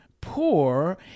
poor